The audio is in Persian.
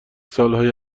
سالهای